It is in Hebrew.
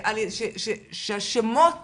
שהשמות